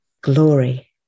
glory